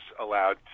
allowed